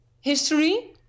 history